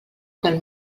del